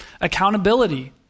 accountability